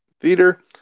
theater